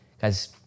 Guys